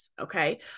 Okay